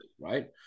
right